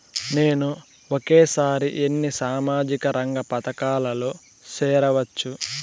నేను ఒకేసారి ఎన్ని సామాజిక రంగ పథకాలలో సేరవచ్చు?